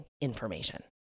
information